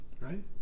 right